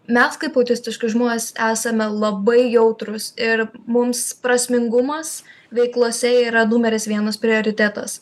mes kaip autistiški žmonės esame labai jautrūs ir mums prasmingumas veiklose yra numeris vienas prioritetas